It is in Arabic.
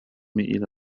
إلى